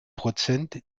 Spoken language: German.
prozent